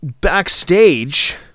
Backstage